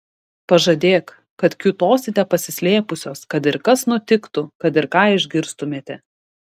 pažadėk kad kiūtosite pasislėpusios kad ir kas nutiktų kad ir ką išgirstumėte